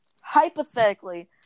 Hypothetically